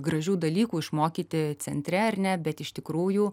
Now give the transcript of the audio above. gražių dalykų išmokyti centre ar ne bet iš tikrųjų